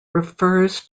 refers